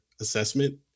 assessment